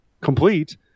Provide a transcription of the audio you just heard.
complete